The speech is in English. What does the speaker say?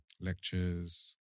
lectures